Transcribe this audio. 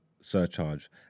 surcharge